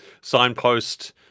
signpost